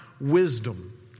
wisdom